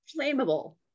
Flammable